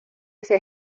ese